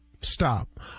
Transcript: Stop